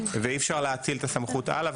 ואי אפשר להאציל את הסמכות הלאה,